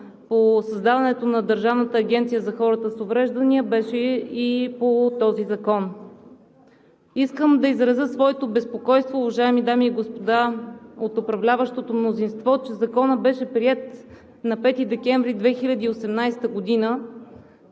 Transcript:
по създаването на Държавната агенция за хората с увреждания беше и по този закон. Искам да изразя своето безпокойство, уважаеми дами и господа от управляващото мнозинство, че Законът беше приет на 5 декември 2018 г.